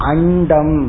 Andam